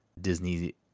Disney